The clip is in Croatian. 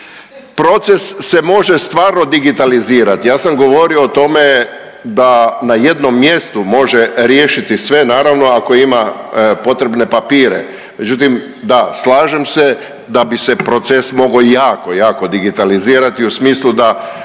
Proces se može stvarno digitalizirati, ja sam govorio o tome da na jednom mjestu može riješiti sve, naravno, ako ima potrebne papire, međutim, da, slažem se da bi se proces mogao jako, jako digitalizirati u smislu da